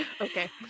Okay